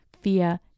fear